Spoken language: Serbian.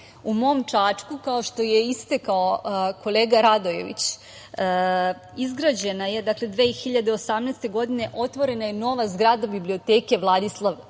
U mom Čačku, kao što je istakao kolega Radojević, 2018. godine otvorena je nova zgrada biblioteke „Vladislav